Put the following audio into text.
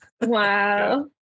Wow